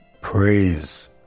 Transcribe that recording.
praise